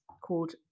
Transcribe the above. called